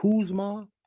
Kuzma